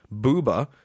booba